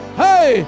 hey